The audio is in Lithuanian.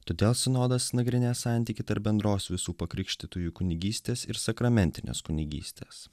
todėl sinodas nagrinės santykį tarp bendros visų pakrikštytųjų kunigystės ir sakramentinės kunigystės